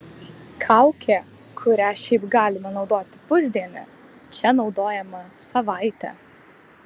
kaukė kurią šiaip galima naudoti pusdienį čia naudojama savaitę